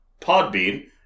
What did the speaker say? Podbean